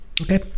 okay